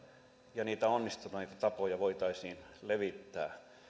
ja niitä onnistuneita tapoja voitaisiin levittää